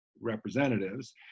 representatives